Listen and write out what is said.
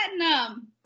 platinum